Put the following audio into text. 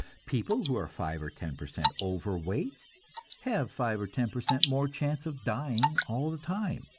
people who are five or ten per cent over weight have five or ten per cent more chance of dying all the time,